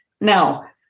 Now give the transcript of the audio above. Now